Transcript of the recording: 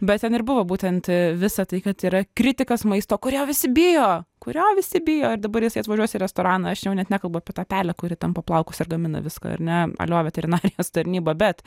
bet ten ir buvo būtent visą tai kad yra kritikas maisto kurio visi bijo kurio visi bijo ir dabar jis atvažiuos į restoraną aš jau net nekalbu apie tą pelę kuri tampo plaukus ir gamina viską ar ne alio veterinarijos tarnyba bet